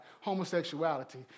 homosexuality